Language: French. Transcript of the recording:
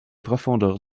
profondeurs